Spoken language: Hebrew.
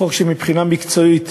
חוק שמבחינה מקצועית